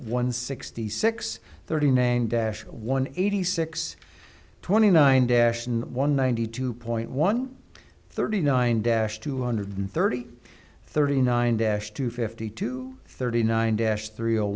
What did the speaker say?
one sixty six thirty nine dash one eighty six twenty nine dash one ninety two point one thirty nine dash two hundred thirty thirty nine dash two fifty two thirty nine dash thr